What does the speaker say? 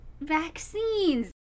vaccines